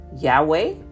Yahweh